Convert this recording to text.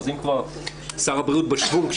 אז אם כבר שר הבריאות בשוונג,